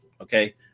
okay